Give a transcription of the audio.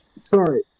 Sorry